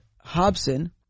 Hobson